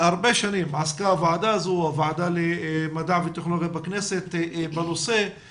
הרבה שנים עסקה הוועדה הזו והוועדה למדע וטכנולוגיה בכנסת בנושא,